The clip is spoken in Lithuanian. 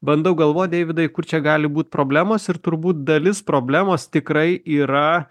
bandau galvot deividai kur čia gali būt problemos ir turbūt dalis problemos tikrai yra